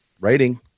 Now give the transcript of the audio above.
writing